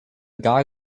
guy